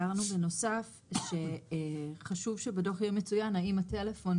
הערנו בנוסף שחשוב שבדו"ח יהיה מצויין האם הטלפון